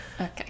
Okay